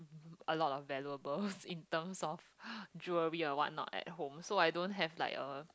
a lot of valuables in terms of jewelry or what not at home so I don't have like a